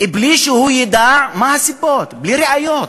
בלי שהוא ידע מה הסיבות, בלי ראיות,